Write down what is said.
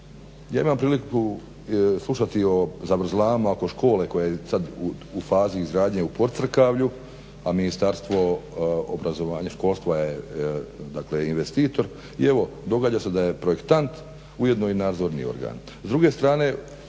Ja imam priliku slušati o zavrzlamama oko škole koje je sada u fazi izgradnje u POcrkavlju a Ministarstvo obrazovanja školstva je investitor i evo događa se da je projektant ujedno i nadzorni organ.